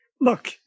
Look